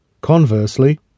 Conversely